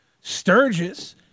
Sturgis